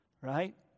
Right